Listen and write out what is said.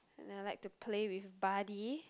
and then I like to play with buddy